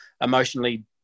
emotionally